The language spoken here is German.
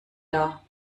dar